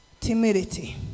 timidity